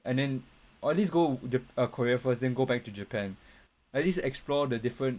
and then or at least go ja~ uh korea first than go back to japan at least explore the different